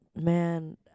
man